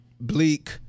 Bleak